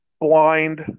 Blind